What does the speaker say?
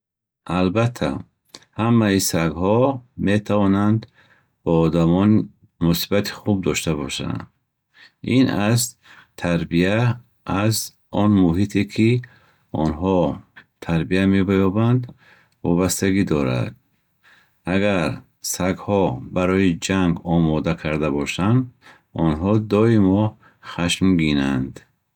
Албатта, ҳамаи сагҳо метавонанд бо одамон муносибати хуб дошта бошанд. Ин аз тарбия, аз он муҳите, ки онҳо тарбия меёбанд, вобастагӣ дорад. Агар сагҳо барои ҷанг омода карда бошанд, онҳо доимо хашмгинанд.